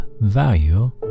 value